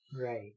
right